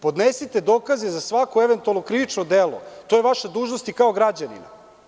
Podnesite dokaze za svako eventualno krivično delo, to je vaša dužnost i kao građanina.